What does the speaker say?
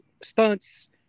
stunts